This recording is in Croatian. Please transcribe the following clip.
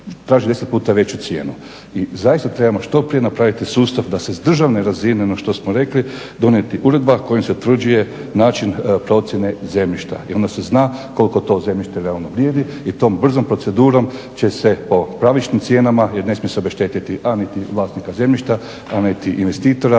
Traži deset puta veću cijenu. I zaista trebamo što prije napraviti sustav da se s državne razine ono što smo rekli donijeti uredba kojom se utvrđuje način procjene zemljišta, jer onda se zna koliko to zemljište realno vrijedi i tom brzom procedurom će se po pravičnim cijenama jer ne smije se obeštetiti a niti vlasnika zemljišta, a niti investitora